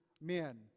Men